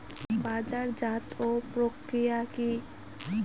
বাজারজাতও প্রক্রিয়া কি?